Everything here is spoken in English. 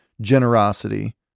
generosity